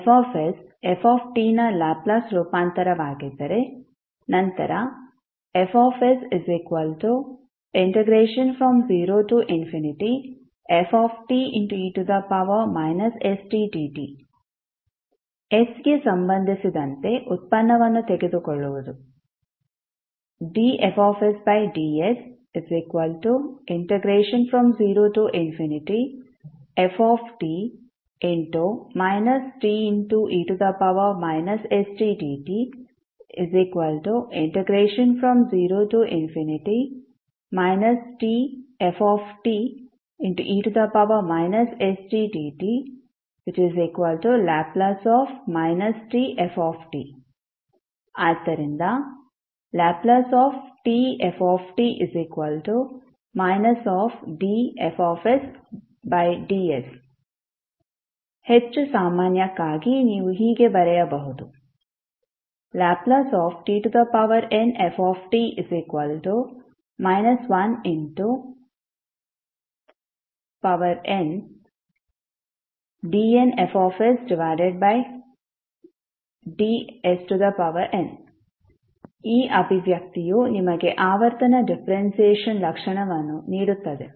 F f ನ Laplace ರೂಪಾಂತರವಾಗಿದ್ದರೆ ನಂತರ Fs0fe stdt s ಗೆ ಸಂಬಂಧಿಸಿದಂತೆ ಉತ್ಪನ್ನವನ್ನು ತೆಗೆದುಕೊಳ್ಳುವುದು dFds0ft te stdt0 tfte stdtL tf ಆದ್ದರಿಂದ Ltf dFds ಹೆಚ್ಚು ಸಾಮಾನ್ಯಕ್ಕಾಗಿ ನೀವು ಹೀಗೆ ಬರೆಯಬಹುದು LtnfndnFdsn ಈ ಅಭಿವ್ಯಕ್ತಿಯು ನಿಮಗೆ ಆವರ್ತನ ಡಿಫರೆನ್ಸಿಯೇಶನ್ ಲಕ್ಷಣವನ್ನು ನೀಡುತ್ತದೆ